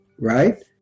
right